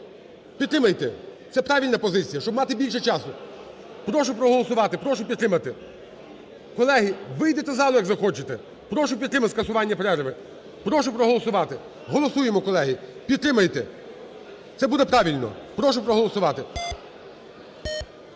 Підтримайте, це правильна позиція, щоб мати більше часу. Прошу проголосувати, прошу підтримати. Колеги, вийдете із зали, як захочете. Прошу підтримати скасування перерви. Прошу проголосувати. Голосуємо, колеги. Підтримайте. Це буде правильно. Прошу проголосувати.